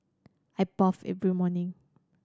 I bathe every morning